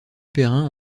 perrin